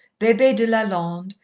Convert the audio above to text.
bebee de lalonde,